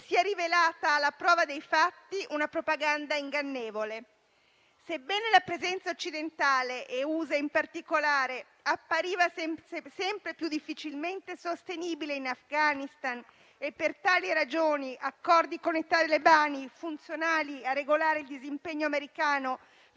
si è rivelata alla prova dei fatti una propaganda ingannevole. Sebbene la presenza occidentale e USA in particolare appariva sempre più difficilmente sostenibile in Afghanistan - e per tali ragioni accordi con i talebani funzionali a regolare il disimpegno americano